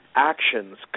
actions